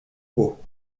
beau